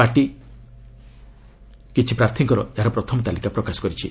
party ଜଣ ପ୍ରାର୍ଥୀଙ୍କର ଏହାର ପ୍ରଥମ ତାଲିକା ପ୍ରକାଶ କରିଛି